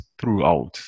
throughout